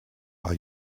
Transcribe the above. are